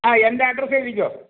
ആ എൻ്റെ അഡ്രസ് എഴുതിക്കോ